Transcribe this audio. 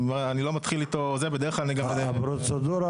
הפרוצדורה,